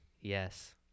Yes